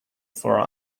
for